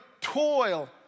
toil